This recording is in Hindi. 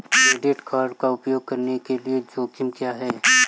क्रेडिट कार्ड का उपयोग करने के जोखिम क्या हैं?